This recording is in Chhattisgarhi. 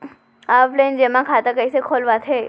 ऑफलाइन जेमा खाता कइसे खोलवाथे?